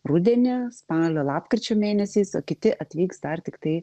rudenį spalio lapkričio mėnesiais o kiti atvyks dar tiktai